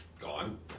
gone